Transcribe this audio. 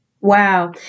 Wow